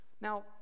Now